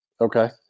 Okay